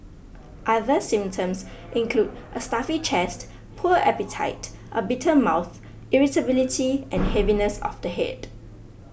other symptoms include a stuffy chest poor appetite a bitter mouth irritability and heaviness of the head